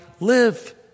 live